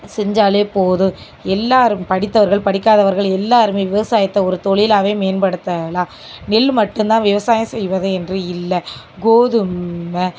செஞ்சாலே போதும் எல்லோரும் படித்தவர்கள் படிக்காதவர்கள் எல்லோருமே விவசாயத்தை ஒரு தொழிலாகவே மேம்படுத்தலாம் நெல் மட்டும் தான் விவசாயம் செய்வது என்று இல்லை கோதுமை